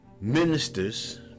Ministers